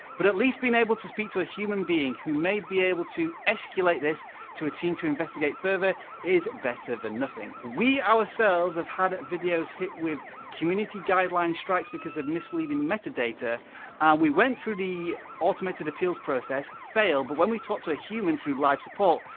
but at lest being able to speak to a human being who may be able to escalate this to a team to investigate further is better than nothing. we ourselves have had videos hit with community guideline strikes because of misleading metadata, and we went through the automated appeals process fail, but when we talk to a human through live support,